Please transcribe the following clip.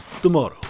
Tomorrow